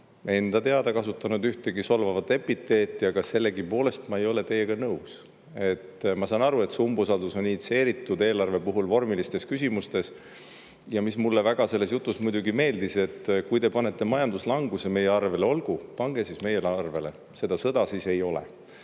enda teada kasutanud ühtegi solvavat epiteeti, aga sellegipoolest ma ei ole teiega nõus. Ma saan aru, et see umbusaldus on initsieeritud eelarve puhul vormilistes küsimustes. Ja mis mulle väga selles jutus muidugi meeldis, et kui te panete majanduslanguse meie arvele – olgu, pange siis meile arvele. Seda sõda siis ei ole.